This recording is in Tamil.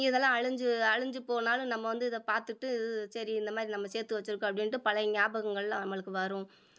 இதெல்லாம் அழிஞ்சி அழிஞ்சி போனாலும் நம்ம வந்து இதை பார்த்துட்டு உ சரி இந்தமாதிரி நம்ம சேர்த்து வச்சுருக்கோம் அப்படின்ட்டு பழைய ஞாபகங்களெலாம் நம்மளுக்கு வரும்